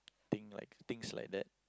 think like things like that